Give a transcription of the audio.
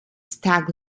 stag